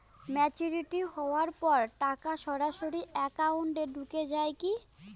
Maturity হওয়ার পর টাকা সরাসরি একাউন্ট এ ঢুকে য়ায় কি?